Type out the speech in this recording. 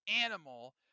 animal